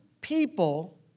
people